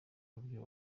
buryo